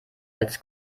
als